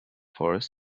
forest